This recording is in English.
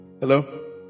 Hello